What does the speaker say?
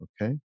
Okay